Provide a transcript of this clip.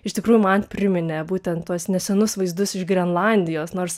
iš tikrųjų man priminė būtent tuos nesenus vaizdus iš grenlandijos nors